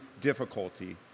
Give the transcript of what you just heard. difficulty